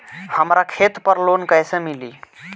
हमरा खेत पर लोन कैसे मिली?